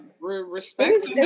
respect